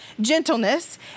gentleness